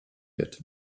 wird